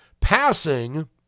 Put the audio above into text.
Passing